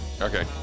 Okay